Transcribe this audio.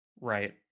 Right